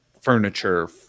furniture